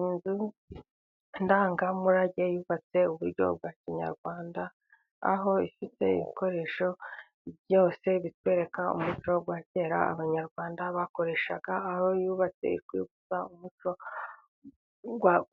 Inzu ndangamurage yubatse mu buryo bwa kinyarwanda. Aho ifite ibikoresho byose bitwereka umuco wa kera abanyarwanda bakoreshaga. Aho yubatse itwibutsa umuco